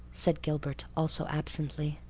said gilbert also absently.